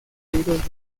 ruidos